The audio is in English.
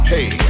Hey